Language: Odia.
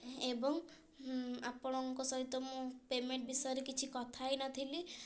ଏବଂ ଆପଣଙ୍କ ସହିତ ମୁଁ ପେମେଣ୍ଟ୍ ବିଷୟରେ କିଛି କଥା ହେଇନଥିଲି